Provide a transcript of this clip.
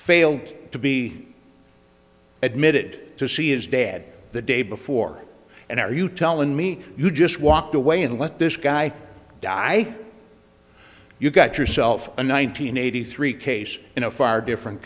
failed to be admitted to see his dad the day before and are you telling me you just walked away and let this guy die you've got yourself a nine hundred eighty three case in a far different